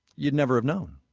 you'd never have known